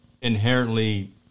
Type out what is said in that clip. inherently